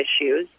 issues